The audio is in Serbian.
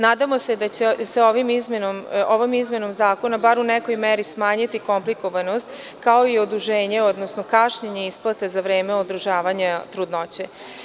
Nadamo se da će se ovom izmenom zakona bar u nekoj meri smanjiti komplikovanost, kao i oduženje, odnosno kašnjenje isplate za vreme održavanja trudnoće.